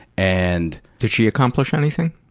and did she accomplish anything?